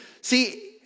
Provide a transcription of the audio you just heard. see